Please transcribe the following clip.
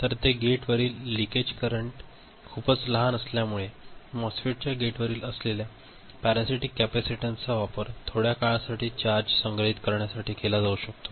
तर गेटवरील leakage current खूपच लहान असल्यामुळे मॉस्फेटच्या गेटवर असलेल्या पॅरासिटिक कॅपेसिटन्सचा वापर थोड्या काळासाठी चार्ज संग्रहित करण्यासाठी केला जाऊ शकतो